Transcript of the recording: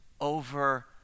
over